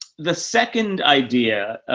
the second idea,